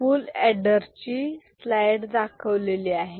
फुल adder ची slide दाखवलेली आहे